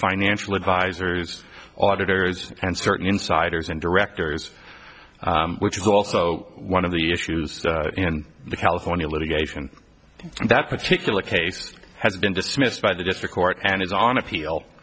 financial advisors auditors and certain insiders and directors which is also one of the issues in the california litigation that particular case has been dismissed by the district court and is on appeal